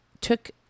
took